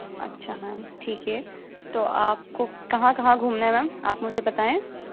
اچھا میم ٹھیک ہے تو آپ کو کہاں کہاں گھومنا ہے میم آپ مجھے بتائیں